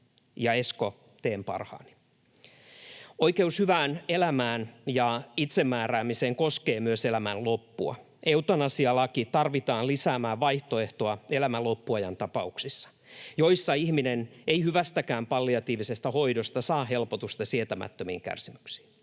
Esko, teen parhaani. Oikeus hyvään elämään ja itsemääräämiseen koskee myös elämän loppua. Eutanasialaki tarvitaan lisäämään vaihtoehtoja elämän loppuajan tapauksissa, joissa ihminen ei hyvästäkään palliatiivisesta hoidosta saa helpotusta sietämättömiin kärsimyksiin,